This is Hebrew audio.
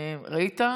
ראית?